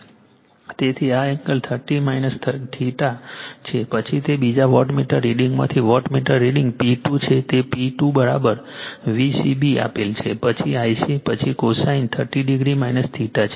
તેથી આ angle 30 o છે પછી તે બીજા વોટમીટર રીડિંગમાંથી વોટમીટર રીડિંગ P2 છે તે P2 Vcb આપેલ છે પછી Ic પછી કોસાઇન 30 o છે